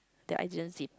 that I didn't zip